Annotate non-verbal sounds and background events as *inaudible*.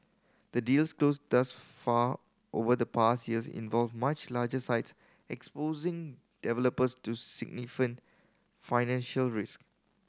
the deals closed thus far over the past years involved much larger sites exposing developers to *unintelligible* financial risk